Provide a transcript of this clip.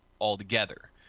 altogether